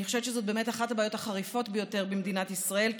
אני חושבת שזו אחת הבעיות החריפות ביותר במדינת ישראל,